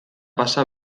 pasa